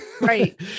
Right